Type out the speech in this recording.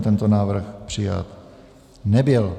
Tento návrh přijat nebyl.